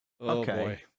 Okay